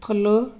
follow